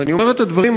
ואני אומר את הדברים,